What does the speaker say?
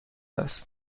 است